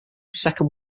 second